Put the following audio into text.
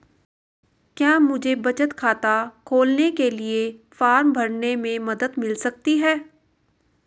क्या मुझे बचत खाता खोलने के लिए फॉर्म भरने में मदद मिल सकती है?